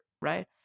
right